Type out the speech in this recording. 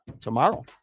tomorrow